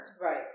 Right